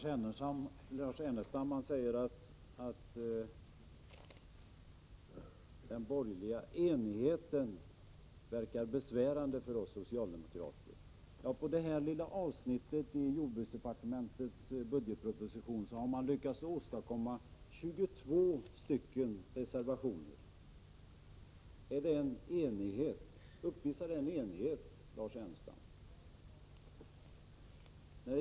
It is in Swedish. Herr talman! Lars Ernestam säger att den borgerliga enigheten verkar besvärande för oss socialdemokrater. På det här lilla avsnittet i jordbruksdepartementets budgetproposition har de lyckats åstadkomma 22 reservationer. Uppvisar det en enighet, Lars Ernestam?